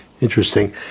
Interesting